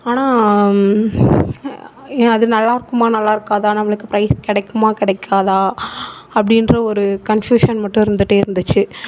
ஆனால் அது நல்லாயிருக்குமா நல்லாயிருக்காதா நம்மளுக்கு ப்ரைஸ் கிடைக்குமா கிடைக்காதா அப்படின்ற ஒரு கன்ஃப்யூஷன் மட்டும் இருந்துகிட்டே இருந்துச்சு